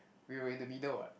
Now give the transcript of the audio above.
we were in the middle [what]